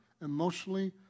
emotionally